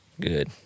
good